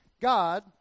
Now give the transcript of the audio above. God